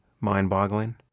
mind-boggling